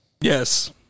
yes